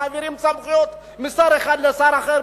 מעבירים סמכויות משר אחד לשר אחר,